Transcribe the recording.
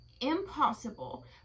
impossible